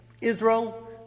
Israel